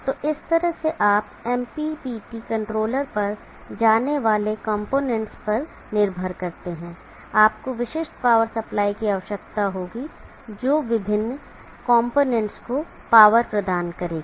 तो इस तरह से आप MPPT कंट्रोलर पर जाने वाले कॉम्पोनेंट्स पर निर्भर करते हैं आपको विशिष्ट पावर सप्लाई की आवश्यकता होगी जो विभिन्न कॉम्पोनेंट्स को पावर प्रदान करेगी